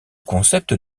concept